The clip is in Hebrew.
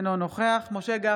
אינו נוכח משה גפני,